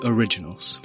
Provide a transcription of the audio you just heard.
Originals